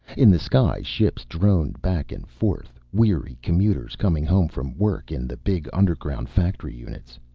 in the sky ships droned back and forth, weary commuters coming home from work in the big underground factory units.